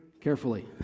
carefully